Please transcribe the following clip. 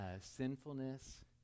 sinfulness